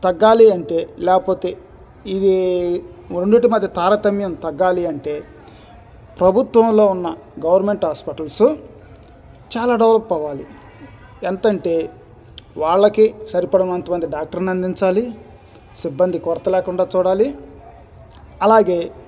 తగ్గాలి అంటే లేకపోతే ఇది రెండింటి మధ్య తారతమ్యం తగ్గాలి అంటే ప్రభుత్వంలో ఉన్న గవర్నమెంట్ హాస్పిటల్స్ చాలా డెవలప్ అవ్వాలి ఎంతంటే వాళ్ళకి సరిపడే అంత మంది డాక్టర్ని అందించాలి సిబ్బంది కొరత లేకుండా చూడాలి అలాగే